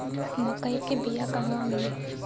मक्कई के बिया क़हवा मिली?